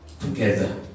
together